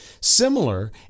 Similar